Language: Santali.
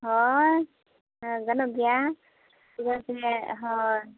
ᱦᱳᱭ ᱜᱟᱱᱚᱜ ᱜᱮᱭᱟ ᱪᱮᱫᱟᱜ ᱥᱮ ᱦᱳᱭ